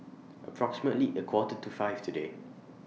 approximately A Quarter to five today